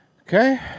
Okay